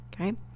Okay